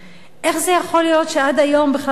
איך זה יכול להיות שעד היום בכלל מדינת